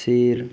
सैर